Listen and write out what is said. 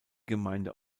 gemeinde